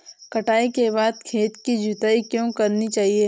कटाई के बाद खेत की जुताई क्यो करनी चाहिए?